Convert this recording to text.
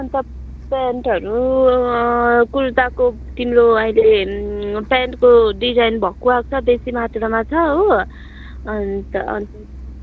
अन्त पेन्टहरू कुर्ताको तिम्रो अहिले पेन्टको डिजाइन भएको आएको छ बेसी मात्रामा छ हो अन्त अन्त